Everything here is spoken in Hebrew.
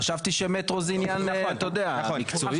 חשבתי שמטרו זה עניין אתה יודע מקצועי,